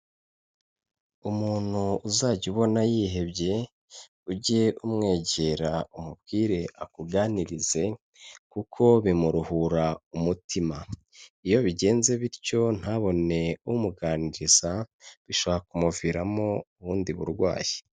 Umuntu uzajya ubona yihebye, ujye umwegera umubwire akuganirize kuko bimuruhura umutima. Iyo bigenze bityo ntabone umuganiriza, bishobora kumuviramo ubundi burwayi.